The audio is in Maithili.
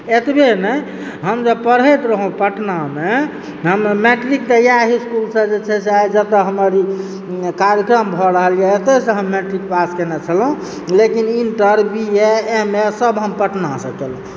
एतबे नहि हम जे पढ़ैत रहौ पटनामे हमर मैट्रिकके इएह इसकुलसँ जे छै जतौ हमर ई कार्यक्रम भए रहल यऽ ओतएसंँ हम मैट्रिक पास केने छलहुँ लेकिन inter B A M A सब हम पटना से केलहुँ